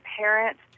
parent